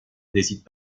n’hésite